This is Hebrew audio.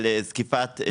על זקיפת תנועה.